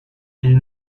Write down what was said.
ils